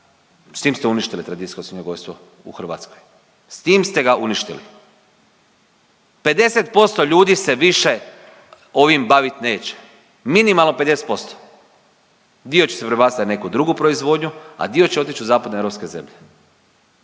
S tim ste uništili tradicijsko svinjogojstvo u Hrvatskoj, s tim ste ga uništili. 50% ljudi se više ovim bavit neće, minimalno 50%, dio će se prebaciti na neku drugu proizvodnju, a dio će otić u zapadno europske zemlje.